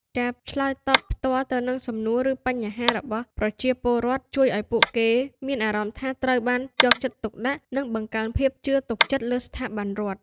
ការឆ្លើយតបផ្ទាល់ទៅនឹងសំណួរ ឬបញ្ហារបស់ប្រជាពលរដ្ឋ ជួយឲ្យពួកគេមានអារម្មណ៍ថាត្រូវបានយកចិត្តទុកដាក់ និងបង្កើនភាពជឿទុកចិត្តលើស្ថាប័នរដ្ឋ។